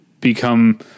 become